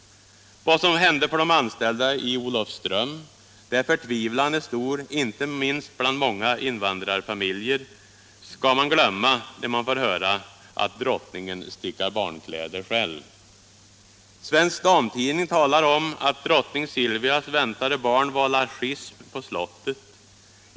Vad som hände de anställda i Olofström — där förtvivlan är stor, inte minst bland många invandrarfamiljer — skall man glömma när man får höra att drottningen stickar barnkläder själv. Svensk Damtidning talar om att drottning Silvias väntade barn vållar schism på slottet.